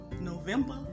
November